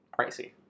Pricey